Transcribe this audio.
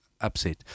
upset